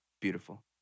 beautiful